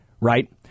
right